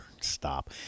Stop